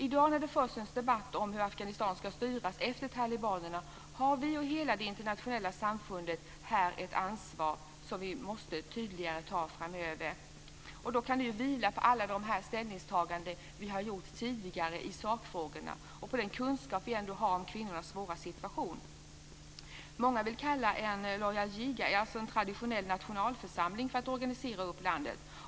I dag, när det förs en debatt om hur Afghanistan ska styras efter talibanerna, har vi och hela det internationella samfundet ett ansvar som vi måste ta tydligare framöver. Det kan vila på alla de ställningstaganden vi har gjort tidigare i sakfrågorna och på den kunskap vi ändå har om kvinnornas svåra situation. Många vill sammankalla Loya Jirga, dvs. en traditionell nationalförsamling, för att organisera landet.